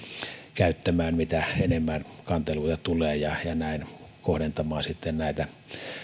käyttämään mitä enemmän kanteluja tulee ja ja näin kohdentamaan sitten näitä